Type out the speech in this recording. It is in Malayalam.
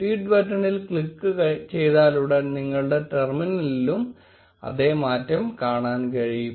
ട്വീറ്റ് ബട്ടണിൽ ക്ലിക്ക് ചെയ്താലുടൻ നിങ്ങളുടെ ടെർമിനലിലും അതേ മാറ്റം കാണാൻ കഴിയും